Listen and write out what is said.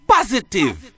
Positive